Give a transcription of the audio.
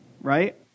right